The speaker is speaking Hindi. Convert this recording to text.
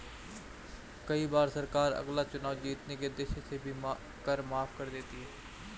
कई बार सरकार अगला चुनाव जीतने के उद्देश्य से भी कर माफ कर देती है